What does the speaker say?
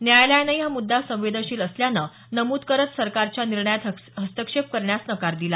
न्यायालयानेही हा मुद्दा संवेदनशील असल्याचं नमूद करत सरकारच्या निर्णयात हस्तक्षेप करण्यास नकार दिला